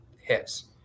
hits